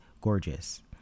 gorgeous